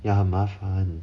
ya 很麻烦